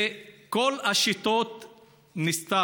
את כל השיטות ניסתה